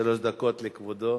שלוש דקות לכבודו.